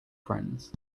friends